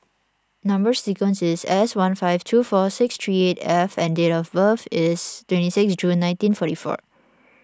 Number Sequence is S one five two four six three eight F and date of birth is twenty six June nineteen forty four